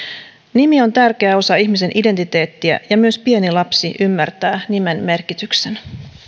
nimi on tärkeä osa ihmisen identiteettiä ja myös pieni lapsi ymmärtää nimen merkityksen